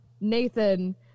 Nathan